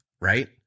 right